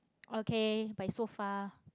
okay but it's so far